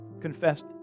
confessed